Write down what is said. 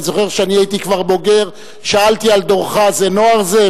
אני זוכר שהייתי כבר בוגר ושאלתי על דורך "זה נוער זה?",